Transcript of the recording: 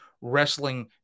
Wrestling